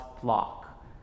flock